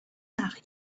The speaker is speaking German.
nach